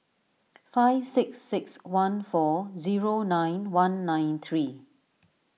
five six six one four zero nine one nine three